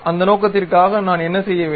அந்த நோக்கத்திற்காக நான் என்ன செய்ய வேண்டும்